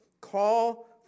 Call